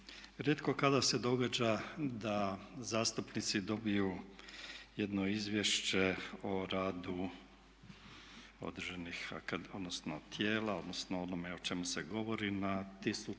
Rijetko kada se događa da zastupnici dobiju jedno Izvješće o radu tijela odnosno onome o čemu se govori na 1400 stranica